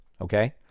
okay